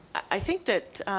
i think that